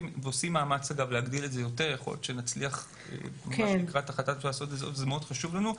ועושים מאמץ להגדיל את זה יותר כי זה מאוד חשוב לנו.